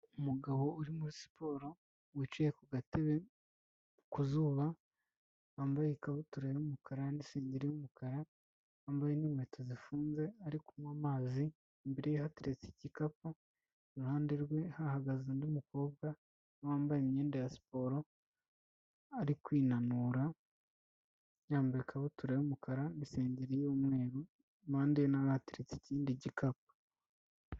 Umugabo uri muri siporo wicaye ku gatebe ku zuba, wambaye ikabutura y'umukara ni sengeri y'umukara wambaye n'inkweto zifunze ari kunywa amazi imbere ye hateretse igikapu, iruhande rwe hahagaze undi mukobwa wambaye imyenda ya siporo ari kwinanura yambaye ikabutura y'umukara n'isengeri y'umweru impande ye na we hateretse ikindi gikapu.